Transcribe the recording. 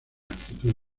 actitud